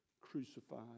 crucified